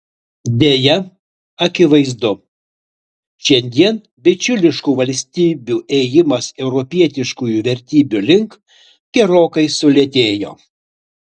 deja akivaizdu šiandien bičiuliškų valstybių ėjimas europietiškųjų vertybių link gerokai sulėtėjo